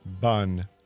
Bun